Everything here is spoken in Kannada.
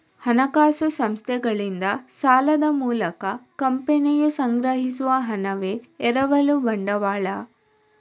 ಹಣಕಾಸು ಸಂಸ್ಥೆಗಳಿಂದ ಸಾಲದ ಮೂಲಕ ಕಂಪನಿಯು ಸಂಗ್ರಹಿಸುವ ಹಣವೇ ಎರವಲು ಬಂಡವಾಳ